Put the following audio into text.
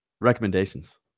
recommendations